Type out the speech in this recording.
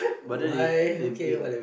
but then it it it